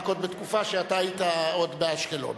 בתקופה שאתה היית עוד באשקלון.